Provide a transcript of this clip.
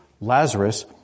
Lazarus